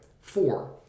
four